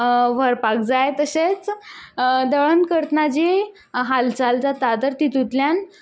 व्हरपाक जाय तशेंच दळण करतना जी हालचाल जाता तर तेतूंतल्यान